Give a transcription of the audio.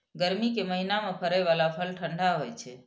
गर्मी के महीना मे फड़ै बला फल ठंढा होइ छै